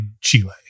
Chile